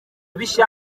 bishya